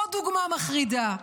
עוד דוגמא מחרידה,